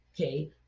Okay